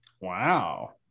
Wow